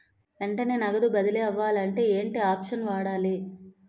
వెంటనే నగదు బదిలీ అవ్వాలంటే ఏంటి ఆప్షన్ వాడాలి?